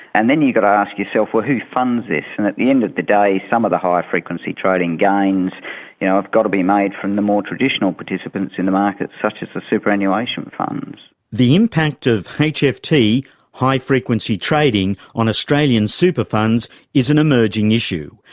and then you've got to ask yourself, well, who funds this? and at the end of the day, some of the high-frequency trading gains you know have got to be made from the more traditional participants in the market such as the superannuation funds. the impact of hft, high-frequency trading, on australian super funds is an emerging issue,